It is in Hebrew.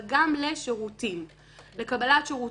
ולקבלת שירותים.